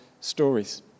stories